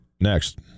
next